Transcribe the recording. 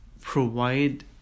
provide